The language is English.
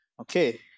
okay